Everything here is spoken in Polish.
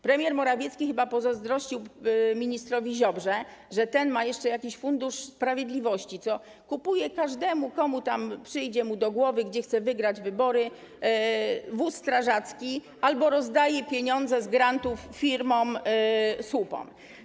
Premier Morawiecki chyba pozazdrościł ministrowi Ziobrze, że ten ma jeszcze jakiś Fundusz Sprawiedliwości i kupuje każdemu, kto przyjdzie mu do głowy, tam gdzie chce wygrać wybory, wóz strażacki albo rozdaje pieniądze z grantów firmom słupom.